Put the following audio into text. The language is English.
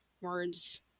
words